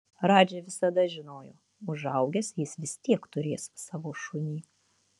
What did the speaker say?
radži visada žinojo užaugęs jis vis tiek turės savo šunį